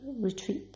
retreat